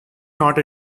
not